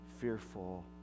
fearful